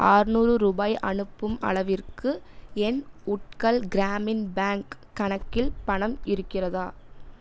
ஆற்நூறு ரூபாய் அனுப்பும் அளவிற்கு என் உட்கல் கிராமின் பேங்க் கணக்கில் பணம் இருக்கிறதா